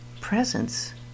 presence